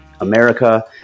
America